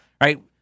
right